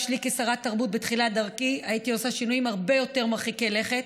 לי כשרת תרבות בתחילת דרכי הייתי עושה שינויים הרבה יותר מרחיקי לכת,